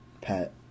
pet